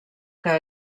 que